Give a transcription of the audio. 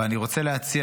אבל אני רוצה להציע,